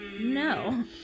No